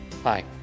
Hi